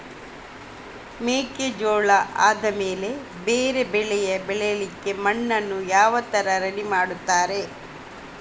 ಮೆಕ್ಕೆಜೋಳ ಆದಮೇಲೆ ಬೇರೆ ಬೆಳೆ ಬೆಳಿಲಿಕ್ಕೆ ಮಣ್ಣನ್ನು ಯಾವ ತರ ರೆಡಿ ಮಾಡ್ತಾರೆ?